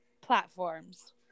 platforms